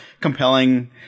Compelling